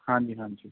ਹਾਂਜੀ ਹਾਂਜੀ